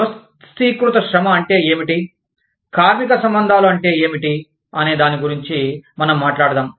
వ్యవస్థీకృత శ్రమ అంటే ఏమిటి కార్మిక సంబంధాలు అంటే ఏమిటి అనే దాని గురించి మనం మాట్లాడదాం